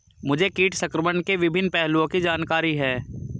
मुझे कीट संक्रमण के विभिन्न पहलुओं की जानकारी है